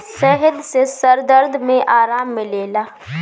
शहद से सर दर्द में आराम मिलेला